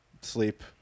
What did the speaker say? sleep